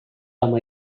ama